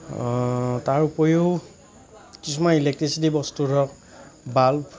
তাৰোপৰিও কিছুমান ইলেক্টিচিটি বস্তু ধৰক বালপ